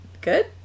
Good